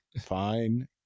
fine